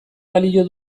balio